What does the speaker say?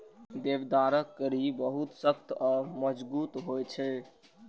देवदारक कड़ी बहुत सख्त आ मजगूत होइ छै